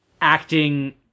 acting